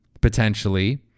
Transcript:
potentially